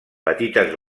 petites